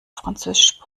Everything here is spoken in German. französisch